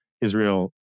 Israel